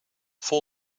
vol